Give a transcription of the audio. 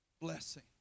blessing